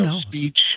speech